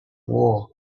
war